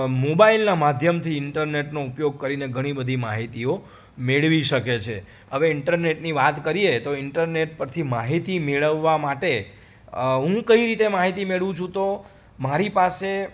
મોબાઇલના માધ્યમથી ઈન્ટરનેટનો ઉપયોગ કરીને ઘણીબધી માહિતીઓ મેળવી શકે છે હવે ઈન્ટરનેટની વાત કરીએ તો ઈન્ટરનેટ પરથી માહિતી મેળવવા માટે હું કઈ રીતે માહિતી મેળવું છું તો મારી પાસે